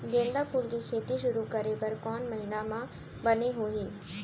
गेंदा फूल के खेती शुरू करे बर कौन महीना मा बने होही?